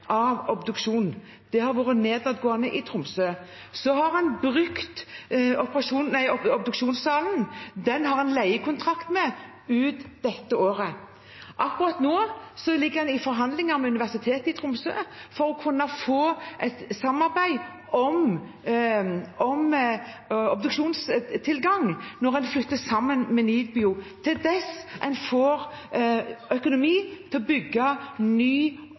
av obduksjon har vært nedadgående i Tromsø. En har brukt obduksjonssalen, og en har leiekontrakt for den ut dette året. Akkurat nå ligger en i forhandlinger med Universitetet i Tromsø for å kunne få et samarbeid om obduksjonstilgang når en flytter sammen med NIBIO, fram til en får økonomi til å bygge ny